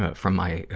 ah from my, ah,